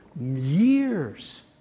years